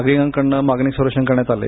नागरिकांकडून मागणी सर्वेक्षण करण्यात आले